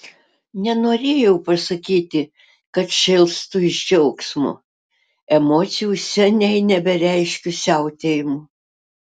nenorėjau pasakyti kad šėlstu iš džiaugsmo emocijų seniai nebereiškiu siautėjimu